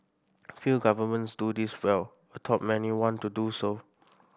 few governments do this well although many want to do so